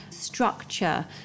structure